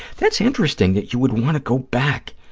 that's interesting, that you would want to go back